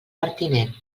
pertinent